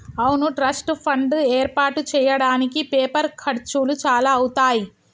అవును trust fund ఏర్పాటు చేయడానికి పేపర్ ఖర్చులు చాలా అవుతాయి